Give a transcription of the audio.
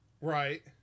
Right